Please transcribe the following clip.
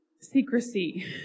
secrecy